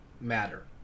matter